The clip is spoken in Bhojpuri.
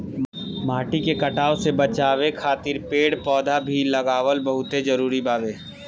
माटी के कटाव से बाचावे खातिर पेड़ पौधा भी लगावल बहुत जरुरी बावे